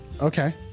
Okay